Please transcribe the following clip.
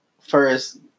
first